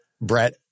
Brett